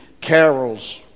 carols